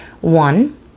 one